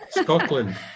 Scotland